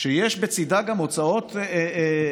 שיש בצידה גם הוצאות נכבדות.